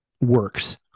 works